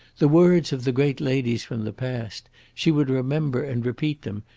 the words of the great ladies from the past she would remember and repeat them,